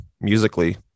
musically